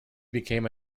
became